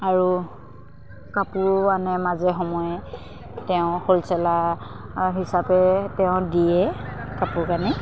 আৰু কাপোৰো আনে মাজে সময়ে তেওঁ হ'লচেলাৰ হিচাপে তেওঁ দিয়ে কাপোৰ কানি